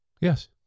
Yes